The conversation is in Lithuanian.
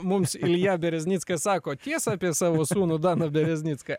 mums ilja bereznickas sako tiesą apie savo sūnų daną bereznicką